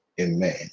Amen